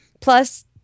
Plus